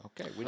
okay